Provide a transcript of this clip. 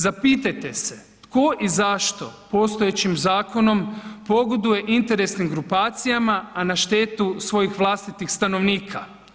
Zapitajte se, tko i zašto postojećim zakonom pogoduje interesnim grupacijama, a na štetu svojih vlastitih stanovnika?